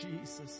Jesus